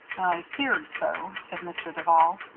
i feared so, said mr. duval.